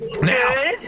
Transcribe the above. Now